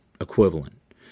equivalent